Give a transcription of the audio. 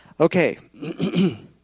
Okay